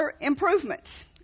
improvements